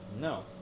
No